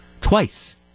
twice